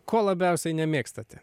ko labiausiai nemėgstate